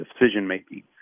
decision-making